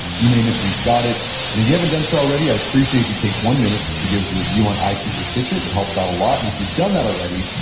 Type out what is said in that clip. you name it, we've got it and if you haven't done so already, i'd appreciate if you take one minute to give us a review on ah itunes or stitcher. it helps out a lot. and if you've done that already,